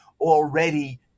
already